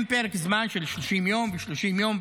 עם פרק זמן של 30 יום וכדומה.